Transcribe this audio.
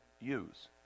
use